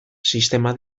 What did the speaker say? sistema